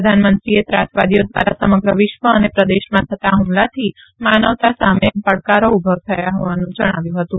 પ્રધાનમંત્રીએ ત્રાસવાદીઓ દ્વારા સમગ્ર વિશ્વ ને પ્રદેશમાં થતાં હ્મલાથી માનવતા સામે ઘડકારો ઉભા થયાનું ણાવ્યું હતું